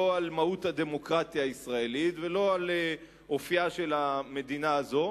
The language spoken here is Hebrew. לא על מהות הדמוקרטיה הישראלית ולא על אופיה של המדינה הזו.